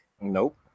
Nope